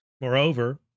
Moreover